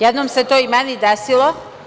Jednom se to i meni desilo.